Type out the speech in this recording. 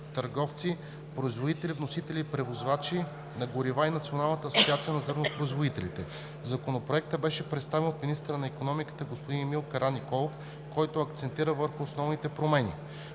търговци, производители, вносители и превозвачи на горива и Националната асоциация на зърнопроизводителите. Законопроектът беше представен от министъра на икономиката господин Емил Караниколов, който акцентира върху основните промени.